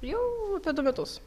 jau apie du metus